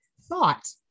thought